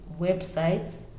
websites